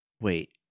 Wait